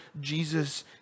Jesus